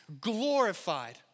glorified